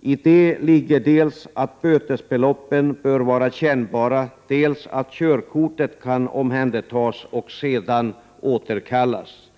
I det ligger dels att bötesbeloppen bör vara kännbara, dels att körkortet kan omhändertas och sedan återkallas.